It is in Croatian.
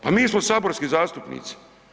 Pa mi smo saborski zastupnici.